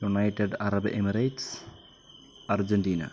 United Arab Emirates Argentina